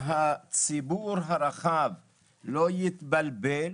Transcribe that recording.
שהציבור הרחב לא יתבלבל.